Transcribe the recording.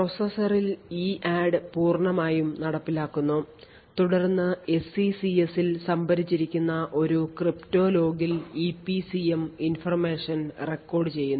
പ്രോസസ്സറിൽ EADD പൂർണ്ണമായും നടപ്പിലാക്കുന്നു തുടർന്ന് SECS ൽ സംഭരിച്ചിരിക്കുന്ന ഒരു ക്രിപ്റ്റോ ലോഗിൽ EPCM ഇൻഫർമേഷൻ റെക്കോർഡ് ചെയ്യുന്നു